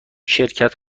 شرکت